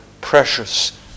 precious